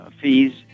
fees